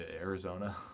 Arizona